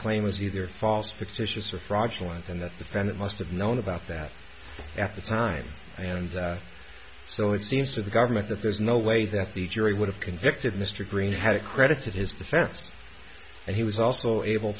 claim was either false fictitious or fraudulent and the defendant must have known about that at the time and so it seems to the government that there's no way that the jury would have convicted mr green had it credited his defense and he was also able